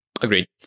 agreed